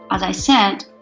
as i said,